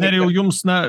nerijau jums na